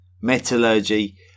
metallurgy